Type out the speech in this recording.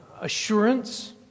assurance